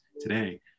today